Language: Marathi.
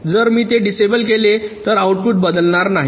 जर मी ते डिसेबल केले तर आउटपुट बदलणार नाहीत